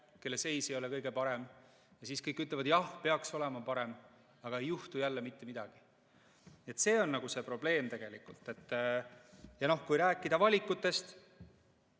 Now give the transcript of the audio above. kelle seis ei ole kõige parem, ja siis kõik ütlevad, et jah, see peaks olema parem, aga ei juhtu jälle mitte midagi. See on nagu see probleem. Kui rääkida valikutest,